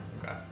Okay